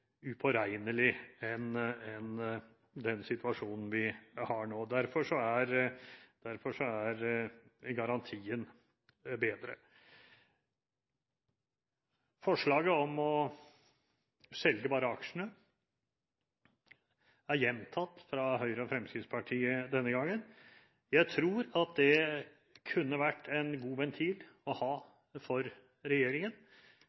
upåregnelig enn den situasjonen vi har nå. Derfor er garantien bedre. Forslaget om å selge bare aksjene er gjentatt fra Høyre og Fremskrittspartiet denne gangen. Jeg tror at det kunne vært en god ventil å ha for regjeringen.